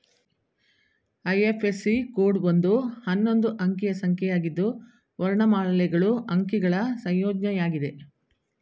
IFSC code ಒಂದು ಹನ್ನೊಂದು ಅಂಕಿಯ ಸಂಖ್ಯೆಯಾಗಿದ್ದು ವರ್ಣಮಾಲೆಗಳು ಅಂಕಿಗಳ ಸಂಯೋಜ್ನಯಾಗಿದೆ